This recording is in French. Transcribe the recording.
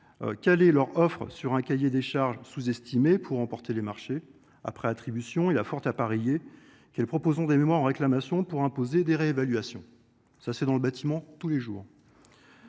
caler leurs offres sur un cahier des charges sous estimé pour remporter les marchés. Après attribution, il y a fort à parier qu’elles proposeront des mémoires en réclamation pour imposer des réévaluations. C’est ce qui se pratique tous les jours